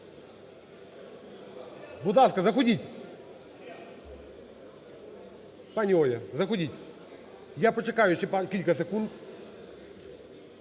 Будь ласка, заходьте. Пані Оля, заходьте. Я почекаю ще кілька секунд.